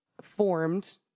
formed